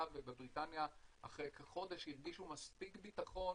ובבריטניה אחרי כחודש הרגישו מספיק ביטחון